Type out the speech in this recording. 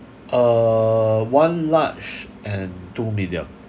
err one large and two medium